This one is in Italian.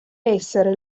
essere